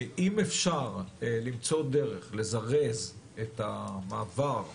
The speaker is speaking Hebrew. אם אפשר למצוא דרך לזרז את המעבר לגז,